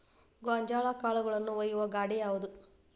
ಗೋಂಜಾಳ ಕಾಳುಗಳನ್ನು ಒಯ್ಯುವ ಗಾಡಿ ಯಾವದು?